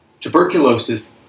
Tuberculosis